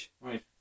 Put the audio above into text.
Right